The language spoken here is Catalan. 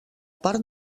part